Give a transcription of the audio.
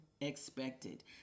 expected